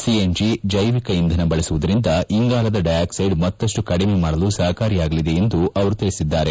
CNG ಜೈವಿಕ ಇಂಧನ ಬಳಸುವುದರಿಂದ ಇಂಗಾಲದ ಡೈಯಾಕ್ವೈಡ್ ಮತ್ತಪ್ಲು ಕಡಿಮೆ ಮಾಡಲು ಸಹಕಾರಿಯಾಗಲಿದೆ ಎಂದು ಅವರು ತಿಳಿಸಿದ್ದಾರೆ